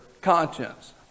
conscience